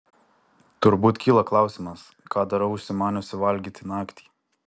turbūt kyla klausimas ką darau užsimaniusi valgyti naktį